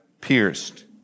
pierced